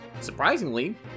surprisingly